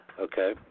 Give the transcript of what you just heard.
Okay